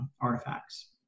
artifacts